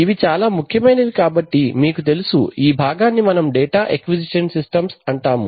ఇవి చాలా ముఖ్యమైనవి కాబట్టి మీకు తెలుసు ఈ భాగాన్ని మనం డాటా అక్విసిషన్ సిస్టమ్స్ అంటాము